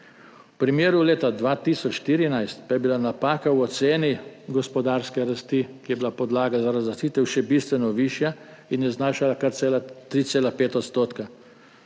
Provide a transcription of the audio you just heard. V primeru leta 2014 pa je bila napaka v oceni gospodarske rasti, kjer je bila podlaga za razlastitev še bistveno višja in je znašala kar 3,5 %.